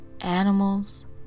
animals